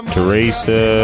Teresa